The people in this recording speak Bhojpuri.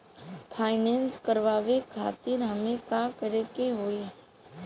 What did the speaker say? फाइनेंस करावे खातिर हमें का करे के होई?